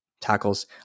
tackles